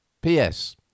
P.S